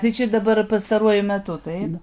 tai čia dabar pastaruoju metu taip